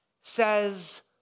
says